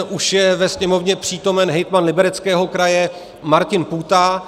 Už je ve Sněmovně přítomen hejtman Libereckého kraje Martin Půta.